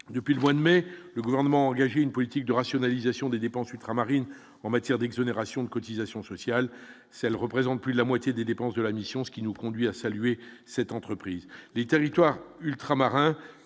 depuis le mais le gouvernement, engagé une politique de rationalisation des dépenses ultramarines en matière d'exonération de cotisations sociales, celles représentent plus de la moitié des dépenses de la mission, ce qui nous conduit à saluer cette entreprise